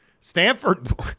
Stanford